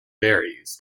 varies